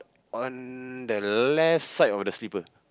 on the left side of the slipper